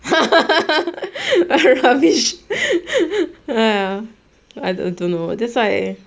!aiya! rubbish !haiya! I don't know that's why